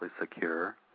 secure